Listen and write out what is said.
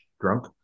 drunk